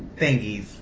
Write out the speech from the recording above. thingies